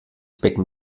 becken